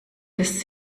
des